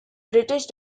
british